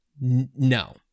no